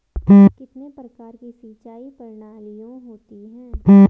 कितने प्रकार की सिंचाई प्रणालियों होती हैं?